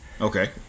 Okay